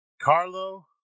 Carlo